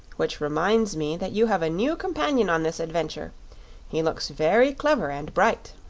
which reminds me that you have a new companion on this adventure he looks very clever and bright.